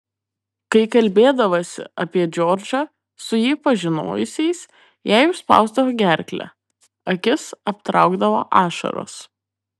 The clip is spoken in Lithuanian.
kai kalbėdavosi apie džordžą su jį pažinojusiais jai užspausdavo gerklę akis aptraukdavo ašaros